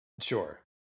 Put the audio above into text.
Sure